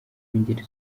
b’ingeri